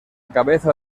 cabeza